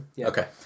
Okay